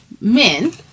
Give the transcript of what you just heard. men